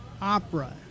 opera